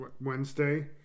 Wednesday